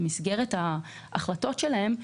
במסגרת ההחלטות שלהם,